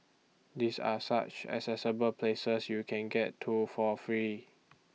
these are such accessible places you can get to for free